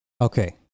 Okay